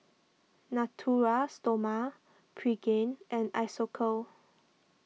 Natura Stoma Pregain and Isocal